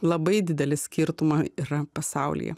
labai dideli skirtumai yra pasaulyje